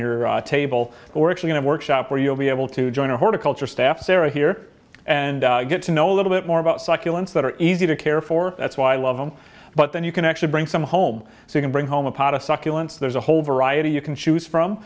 your table or actually in a workshop where you'll be able to join a horticulture staff sara here and get to know a little bit more about succulents that are easy to care for that's why i love them but then you can actually bring some home so you can bring home a pot of succulents there's a whole variety you can choose from